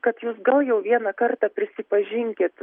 kad jūs gal jau vieną kartą prisipažinkit